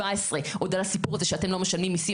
על הסיפור הזה שאתם לא משלמים מיסים,